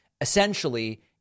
essentially